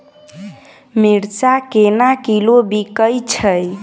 मिर्चा केना किलो बिकइ छैय?